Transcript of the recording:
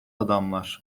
adamlar